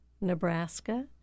Nebraska